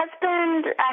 husband